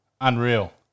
Unreal